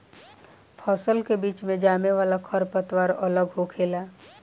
फसल के बीच मे जामे वाला खर पतवार अलग होखेला